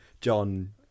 John